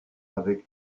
avec